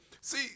see